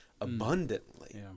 abundantly